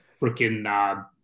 freaking